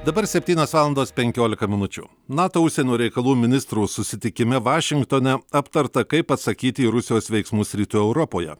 dabar septynios valandos penkiolika minučių nato užsienio reikalų ministrų susitikime vašingtone aptarta kaip atsakyti į rusijos veiksmus rytų europoje